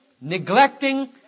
neglecting